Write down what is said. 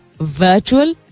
virtual